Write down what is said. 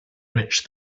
rich